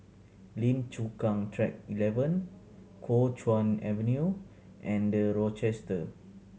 Lim Chu Kang Track Eleven Kuo Chuan Avenue and The Rochester